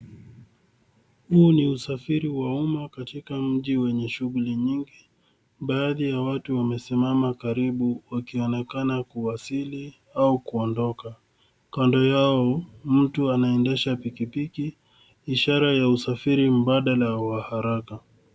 Huu ni usafiri wa umma katika mji wenye shughuli nyingi. Baadhi ya watu wamesimama karibu wakionekana kuwasili au kuondoka. Kando yao mtu anaendesha pikipiki ishara ya usafiri mbadala wa haraka.